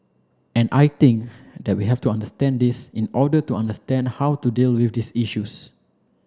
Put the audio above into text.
and I think that we have to understand this in order to understand how to deal with these issues